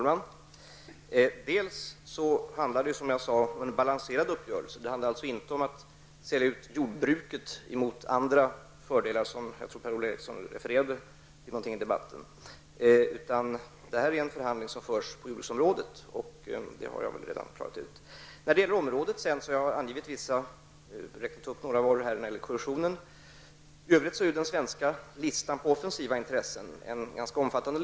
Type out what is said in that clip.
Herr talman! Det handlar, som jag sade, om en balanserad uppgörelse. Det handlar inte om att sälja ut jordbruket mot andra fördelar, som jag tror Per-Ola Eriksson refererade till i debatten. Det här är en förhandling som förs på jordbruksområdet. Det har jag väl redan klarat ut? När det gäller cohesionen har jag räknat upp några varor här. I övrigt är den svenska listan över offensiva intressen ganska omfattande.